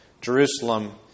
Jerusalem